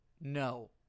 no